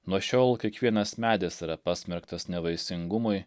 nuo šiol kiekvienas medis yra pasmerktas nevaisingumui